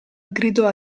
gridò